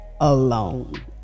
alone